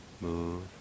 move